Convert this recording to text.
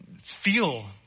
feel